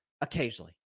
occasionally